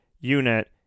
unit